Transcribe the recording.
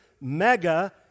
mega